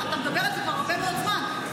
אתה מדבר על זה כבר הרבה מאוד זמן,